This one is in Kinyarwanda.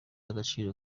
agaciro